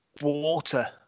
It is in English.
water